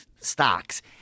stocks